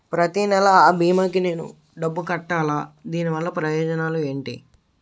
ప్రతినెల అ భీమా కి నేను డబ్బు కట్టాలా? దీనివల్ల ప్రయోజనాలు ఎంటి?